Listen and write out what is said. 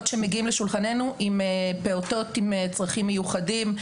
שמגיעות לשולחננו עם פעוטות עם צרכים מיוחדים,